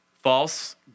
False